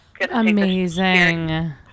amazing